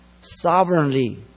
sovereignly